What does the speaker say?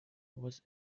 was